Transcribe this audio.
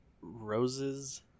roses